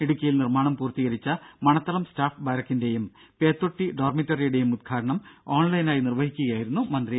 ഇടുക്കിയിൽ നിർമ്മാണം പൂർത്തീകരിച്ച മണത്തളം സ്റ്റാഫ് ബാരക്കിന്റെയും പേത്തൊട്ടി ഡോർമിറ്ററിയുടെയും ഉദ്ഘാടനം ഓൺലൈനായി നിർവ്വഹിച്ച് സംസാരിക്കുക യായിരുന്നു മന്ത്രി